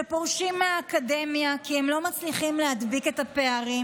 שפורשים מהאקדמיה כי הם לא מצליחים להדביק את הפערים,